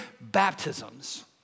baptisms